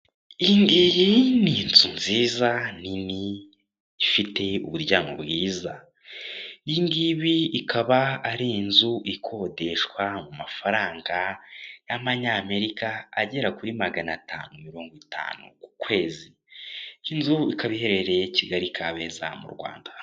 Iyi ngiyi ni inzu nziza nini ifite uburyamo bwiza. Iyi ngiyi ikaba ari inzu ikodeshwa mu mafaranga y'Amanyamerika agera kuri magana atanu mirongo itanu ku kwezi. Inzu ikaba iherereye Kigali Kabeza mu Rwanda.